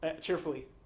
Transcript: cheerfully